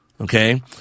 Okay